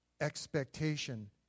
expectation